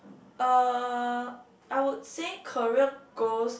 uh I would say career goals